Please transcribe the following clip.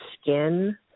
skin